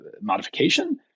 modification